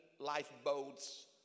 lifeboats